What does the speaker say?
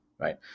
Right